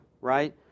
right